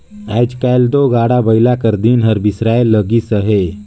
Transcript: आएज काएल दो गाड़ा बइला कर दिन हर बिसराए लगिस अहे